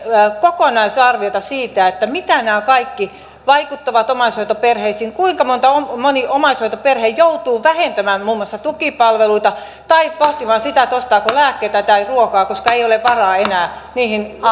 kokonaisarviota siitä mitä nämä kaikki vaikuttavat omaishoitoperheisiin kuinka moni omaishoitoperhe joutuu vähentämään muun muassa tukipalveluita tai pohtimaan sitä ostaako lääkkeitä vai ruokaa koska ei ole varaa enää niihin